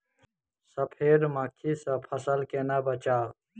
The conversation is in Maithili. सफेद मक्खी सँ फसल केना बचाऊ?